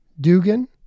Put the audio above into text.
Dugan